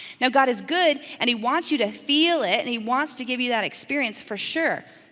now god is good and he wants you to feel it and he wants to give you that experience for sure,